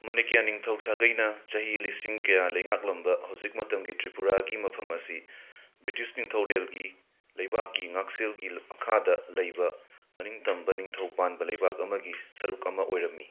ꯃꯅꯤꯀ꯭ꯌ ꯅꯤꯡꯊꯧ ꯁꯥꯒꯧꯅ ꯆꯍꯤ ꯂꯤꯁꯤꯡ ꯀꯌꯥ ꯂꯩꯉꯥꯛꯂꯝꯕ ꯍꯧꯖꯤꯛ ꯃꯇꯝꯒꯤ ꯇ꯭ꯔꯤꯄꯨꯔꯥꯒꯤ ꯃꯐꯝ ꯑꯁꯤ ꯕ꯭ꯔꯤꯇꯤꯁ ꯅꯤꯡꯊꯧꯔꯦꯜꯒꯤ ꯂꯩꯕꯥꯛꯀꯤ ꯉꯥꯛꯁꯦꯜꯒꯤ ꯃꯈꯥꯗ ꯂꯩꯕ ꯃꯅꯤꯡꯇꯝꯕ ꯅꯤꯡꯊꯧ ꯄꯥꯟꯕ ꯂꯩꯕꯥꯛ ꯑꯃꯒꯤ ꯁꯔꯨꯛ ꯑꯃ ꯑꯣꯏꯔꯝꯃꯤ